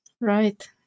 Right